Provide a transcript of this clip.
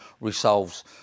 resolves